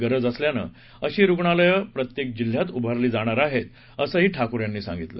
गरज असल्याने अशी रूग्णालयं प्रत्येक जिल्ह्यात उभारली जाणार आहेत असं ठाकूर यांनी सांगितलं